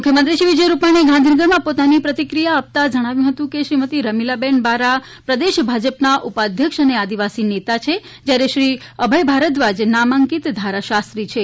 મુખ્ય મંત્રી શ્રી વિજય રૂપાણીએ ગાંધીનગરમાં પોતાની પ્રતિક્રિયા આપતા જણાવ્યું હતું કે શ્રીમતી રમીલાબેન બારા પ્રદેશ ભાજપના ઉપાધ્યક્ષ અને આદિવાસી નેતા છે જટારે શ્રી અભય ભારદ્વાજ નામાંકિત ધારાશાસ્ત્રી છે